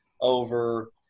over